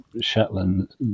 shetland